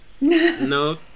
No